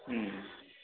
उम